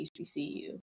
HBCU